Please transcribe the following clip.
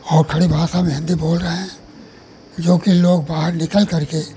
और खड़ी भाषा में हिन्दी बोल रहे हैं जोकि लोग बाहर निकल करके